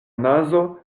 nazo